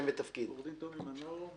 אני עורך דין תומי מנור,